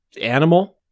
animal